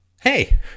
hey